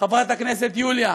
חברת הכנסת יוליה,